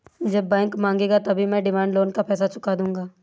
जब बैंक मांगेगा तभी मैं डिमांड लोन का पैसा चुका दूंगा